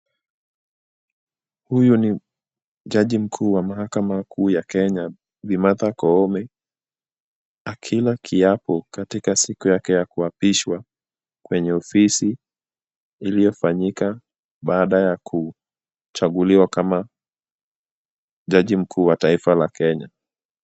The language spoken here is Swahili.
Huyu ni Jaji mkuu wa mahakama kuu ya Kenya Bi. Martha Koome, akila kiapo katika siku yake ya kuapishwa kwenye ofisi, iliyofanyika baada ya kuchaguliwa kama Jaji mkuu wa taifa la Kenya.